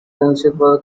principal